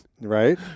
Right